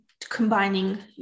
combining